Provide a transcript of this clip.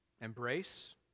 embrace